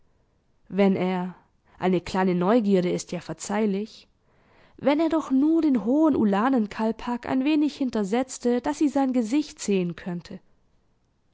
der brust wenn er eine kleine neugierde ist ja verzeihlich wenn er doch nur den hohen ulanen kalpak ein wenig hintersetzte daß sie sein gesicht sehen könnte